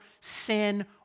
sin